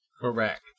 Correct